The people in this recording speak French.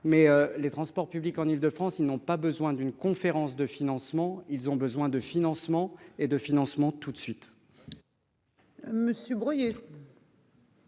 mais les transports publics en Île-de-France, ils n'ont pas besoin d'une conférence de financement, ils ont besoin de financement et de financement, tout de suite.--